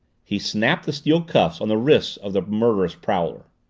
he snapped the steel cuffs on the wrists of the murderous prowler.